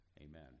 Amen